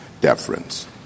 deference